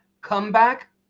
comeback